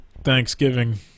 thanksgiving